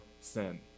sin